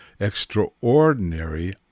extraordinary